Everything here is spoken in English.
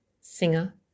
singer